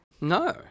No